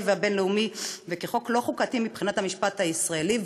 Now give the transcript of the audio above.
והבין-לאומי וכחוק לא חוקתי מבחינת המשפט הישראלי,